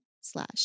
slash